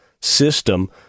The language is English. system